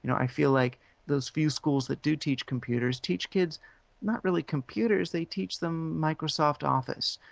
you know i feel like those few schools that do teach computers, teach kids not really computers, they teach them microsoft office,